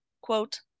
quote